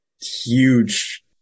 huge